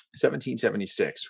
1776